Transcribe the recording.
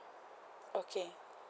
okay